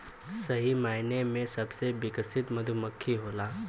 सही मायने में सबसे विकसित मधुमक्खी होला